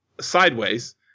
sideways